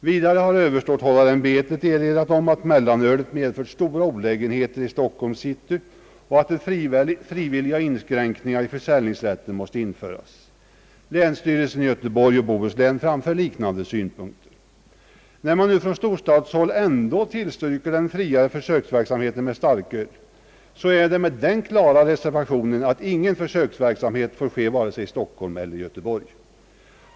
Vidare har överståthållarämbetet erinrat om att mellanölet har medfört stora olägenheter i Stockholms city och att frivilliga inskränkningar i försäljningsrätten måst införas. Länsstyrelsen i Göteborgs och Bohus län framför liknande synpunkter. När man nu från storstadshbåll ändå tillstyrker den friare försöksverksamheten med starköl är det med den klara reservationen att ingen försöksverksamhet får ske vare sig i Stockholm eller i Göteborg.